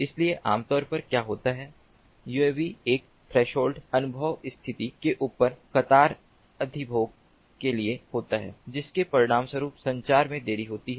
इसलिए आम तौर पर क्या होता है यूएवी एक थ्रेसहोल्ड अनुभव स्थिति के ऊपर कतार अधिभोग के साथ होता है जिसके परिणामस्वरूप संचार में देरी होती है